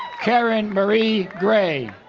karen marie gray